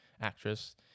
actress